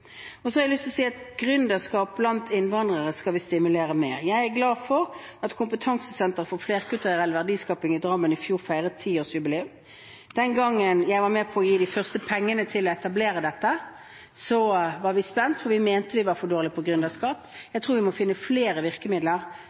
Så har jeg lyst til å si at gründerskap blant innvandrere skal vi stimulere mer. Jeg er glad for at kompetansesenteret for flerkulturell verdiskaping i Drammen i fjor feiret tiårsjubileum. Den gangen jeg var med på å gi de første pengene til etablering av dette, var vi spent, for vi mente vi var for dårlig på gründerskap. Jeg tror vi må finne flere virkemidler